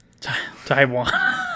taiwan